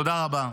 תודה רבה.